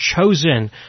chosen